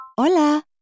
Hola